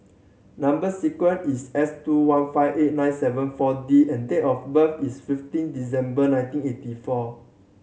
number sequence is S two one five eight nine seven Four D and date of birth is fifteen December nineteen eighty four